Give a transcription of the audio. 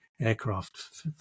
aircraft